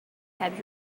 have